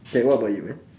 K what about you man